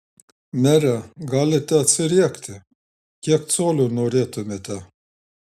mere galite atsiriekti kiek colių norėtumėte